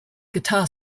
guitar